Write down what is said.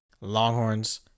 Longhorns